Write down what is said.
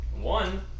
One